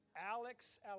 Alex